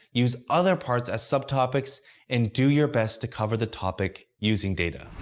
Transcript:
use other parts as subtopics and do your best to cover the topic using data.